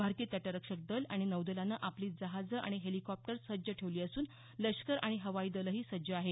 भारतीय तटरक्षक दल आणि नौदलानं आपली जहाजं आणि हेलिकॉप्टर्स सज्ज ठेवली असून लष्कर आणि हवाई दलही सज्ज आहेत